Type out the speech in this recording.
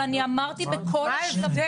אבל אני אמרתי בכל השלבים.